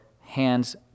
hands